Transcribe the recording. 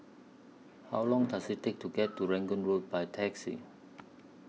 How Long Does IT Take to get to Rangoon Road By Taxi